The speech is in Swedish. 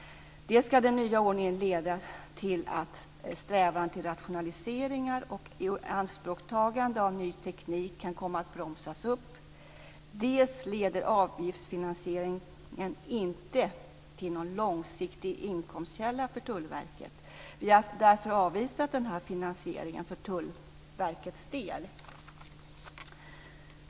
Dels kan den nya ordningen leda till att strävan till rationaliseringar och ianspråktagande av ny teknik kan komma att bromsas upp, dels leder avgiftsfinansieringen inte till någon långsiktig inkomstkälla för Tullverket. Vi har därför avvisat den här finansieringen för Tullverkets del.